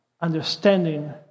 understanding